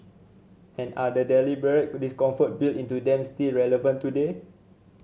and are the deliberate discomfort built into them still relevant today